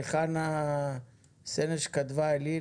כאשר חנה סנש כתבה "אלי,